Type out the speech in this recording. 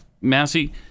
Massey